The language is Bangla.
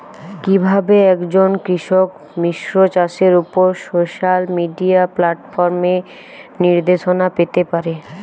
কিভাবে একজন কৃষক মিশ্র চাষের উপর সোশ্যাল মিডিয়া প্ল্যাটফর্মে নির্দেশনা পেতে পারে?